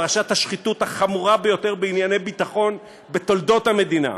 פרשת השחיתות החמורה ביותר בענייני ביטחון בתולדות המדינה,